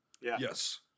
Yes